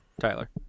Tyler